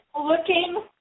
looking